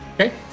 Okay